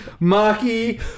Maki